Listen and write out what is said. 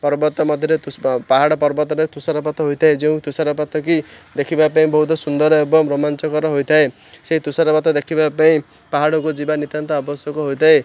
ପର୍ବତ ମଧ୍ୟରେ ତୁଷାର ପାହାଡ଼ ପର୍ବତ ମଧ୍ୟରେ ତୁଷାରପାତ ହୋଇଥାଏ ଯେଉଁ ତୁଷାରପାତ କି ଦେଖିବାପାଇଁ ବହୁତ ସୁନ୍ଦର ଏବଂ ରୋମାଞ୍ଚକର ହେଇଥାଏ ସେହି ତୁଷାରପାତ ଦେଖିବାପାଇଁ ପାହାଡ଼କୁ ଯିବା ନିତ୍ୟାନ୍ତ ଆବଶ୍ୟକ ହୋଇଥାଏ